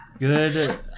Good